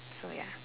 so ya